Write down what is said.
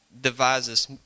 devises